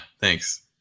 thanks